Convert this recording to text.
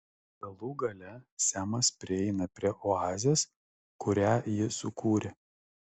galų gale semas prieina prie oazės kurią ji sukūrė